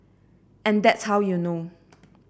and that's how you know